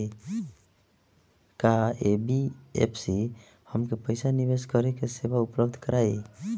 का एन.बी.एफ.सी हमके पईसा निवेश के सेवा उपलब्ध कराई?